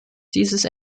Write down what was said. dieses